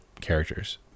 characters